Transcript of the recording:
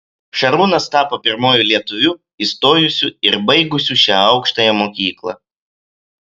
šarūnas tapo pirmuoju lietuviu įstojusiu ir baigusiu šią aukštąją mokyklą